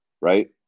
right